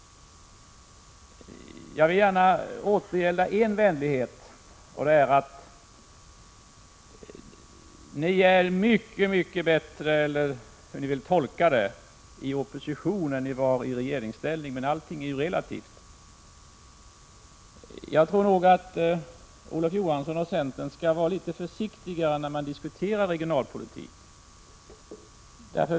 Jag vill gärna återgälda en vänlighet. Ni är mycket bättre — hur ni nu vill tolka det; allting är ju relativt — i opposition än ni var i regeringsställning. Jag tror nog att Olof Johansson och centern borde vara litet försiktigare när vi diskuterar regionalpolitik.